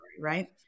right